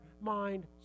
mind